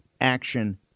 action